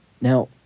now